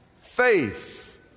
faith